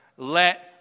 let